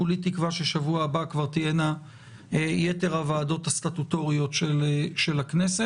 כולי תקווה שבשבוע הבא כבר תהיינה יתר הוועדות הסטטוטוריות של הכנסת.